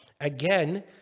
again